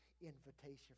Invitation